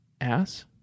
ass